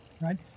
right